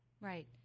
Right